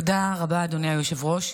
תודה רבה, אדוני היושב-ראש.